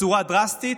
בצורה דרסטית.